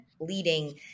leading